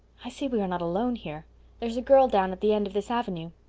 i see we're not alone here there's a girl down at the end of this avenue.